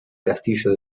castillo